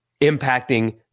impacting